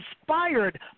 inspired